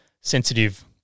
sensitive